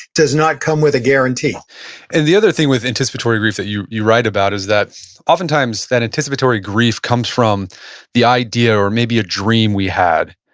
does not come with a guarantee and the other thing with anticipatory grief, that you you write about, is that oftentimes that anticipatory grief comes from the idea or maybe a dream we had.